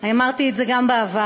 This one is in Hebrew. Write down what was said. אמרתי את זה גם בעבר,